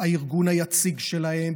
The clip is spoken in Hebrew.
הארגון היציג שלהם,